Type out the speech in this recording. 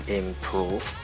improve